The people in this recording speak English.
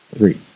three